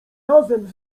razem